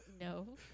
No